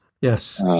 yes